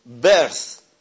birth